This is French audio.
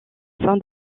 fin